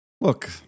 Look